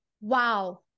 wow